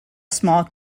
small